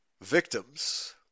victims